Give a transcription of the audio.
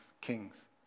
kings